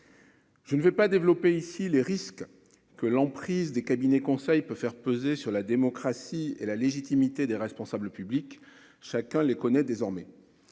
Je ne vais pas développer ici les risques que l'emprise des cabinets conseil peut faire peser sur la démocratie et la légitimité des responsables publics chacun les connaît désormais